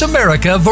America